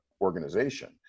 organization